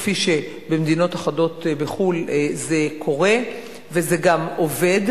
כפי שבמדינות אחדות בחו"ל זה קורה וזה גם עובד.